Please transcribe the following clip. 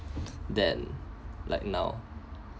than like now